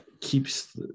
keeps